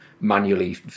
manually